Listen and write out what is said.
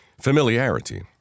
familiarity